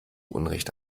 unrecht